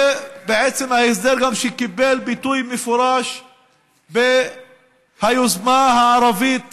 זה בעצם ההסדר שגם קיבל ביטוי מפורש ביוזמה הערבית